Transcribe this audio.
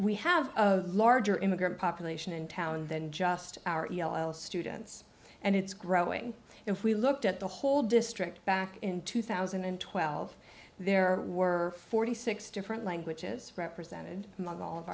we have a larger immigrant population in tallinn than just our students and it's growing if we looked at the whole district back in two thousand and twelve there were forty six different languages represented among all of